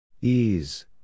ease